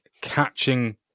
catching